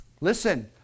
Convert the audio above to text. Listen